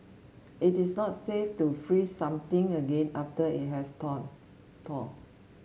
it is not safe to freeze something again after it has thawed thawed